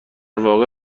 واقع